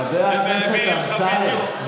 חבר הכנסת אשר.